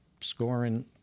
scoring